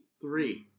Three